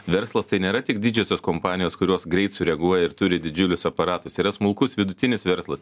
verslas tai nėra tik didžiosios kompanijos kurios greit sureaguoja ir turi didžiulius aparatus yra smulkus vidutinis verslas